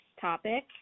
topic